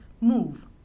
move